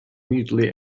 mutually